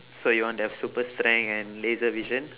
so you want to have super strength and laser vision